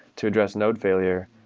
to address node failure,